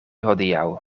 hodiaŭ